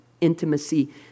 intimacy